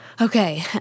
Okay